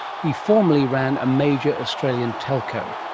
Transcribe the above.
he formerly ran a major australian telco.